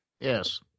Yes